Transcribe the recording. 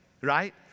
right